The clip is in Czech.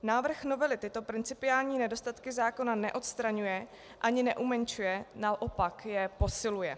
Návrh novely tyto principiální nedostatky zákona neodstraňuje ani neumenšuje, naopak je posiluje.